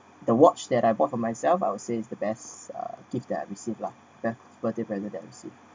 the watch that I bought for myself I would say it's the best uh gift that I receive lah the birthday present that I receive